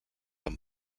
amb